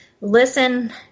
listen